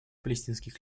палестинских